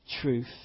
truth